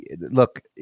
look